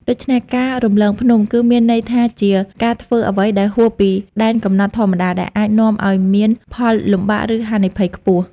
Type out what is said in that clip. ដូច្នេះការ រំលងភ្នំ គឺមានន័យថាជាការធ្វើអ្វីដែលហួសពីដែនកំណត់ធម្មតា ដែលអាចនាំឲ្យមានផលលំបាក ឬហានិភ័យខ្ពស់។